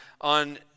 on